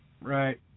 Right